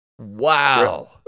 Wow